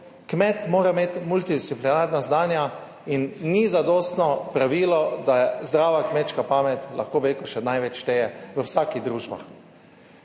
kmet mora imeti multidisciplinarna znanja in ni zadostno pravilo, da je zdrava kmečka pamet, lahko bi rekel, še največ šteje v vsakih družbah.